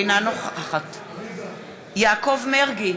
אינה נוכחת יעקב מרגי,